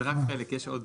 יש עוד.